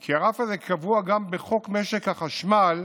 כי הרף הזה קבוע גם בחוק משק החשמל